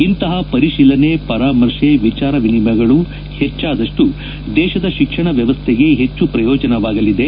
ಇಂತಹ ಪರಿಶೀಲನೆ ಪರಾಮರ್ಶೆ ವಿಚಾರ ವಿನಿಮಯಗಳು ಹೆಚ್ಚಾದಷ್ಟೂ ದೇಶದ ಶಿಕ್ಷಣ ವ್ಚವಸ್ಥೆಗೆ ಹೆಚ್ಚು ಪ್ರಯೋಜನವಾಗಲಿದೆ